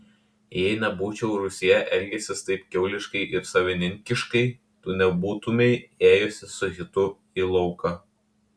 jei nebūčiau rūsyje elgęsis taip kiauliškai ir savininkiškai tu nebūtumei ėjusi su hitu į lauką